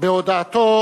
בהודעתו